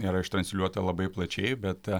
yra ištransliuota labai plačiai bet